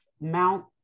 Mount